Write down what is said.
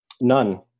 None